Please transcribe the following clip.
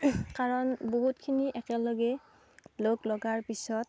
কাৰণ বহুতখিনি একেলগে লগ লগাৰ পিছত